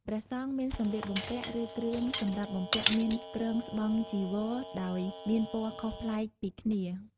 ព្រះសង្ឃមានសម្លៀកបំពាក់ឬគ្រឿងសម្រាប់បំពាក់មានគ្រងស្បង់ចីវរដោយមានពណ៌ខុសប្លែកពីគ្នា។